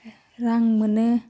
रां मोनो